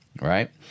right